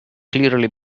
clearly